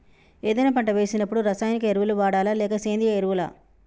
ఏదైనా పంట వేసినప్పుడు రసాయనిక ఎరువులు వాడాలా? లేక సేంద్రీయ ఎరవులా?